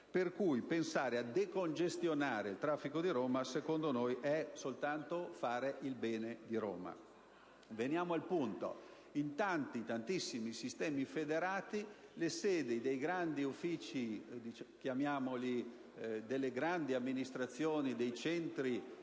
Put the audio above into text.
Pertanto, pensare a decongestionare il traffico di Roma significa secondo noi soltanto fare il bene di Roma. Venendo al punto, in tantissimi sistemi federati le sedi dei grandi uffici delle grandi amministrazioni dei centri